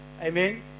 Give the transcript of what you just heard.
Amen